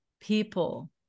people